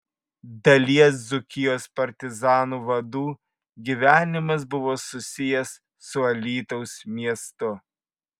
dalies dzūkijos partizanų vadų gyvenimas buvo susijęs su alytaus miestu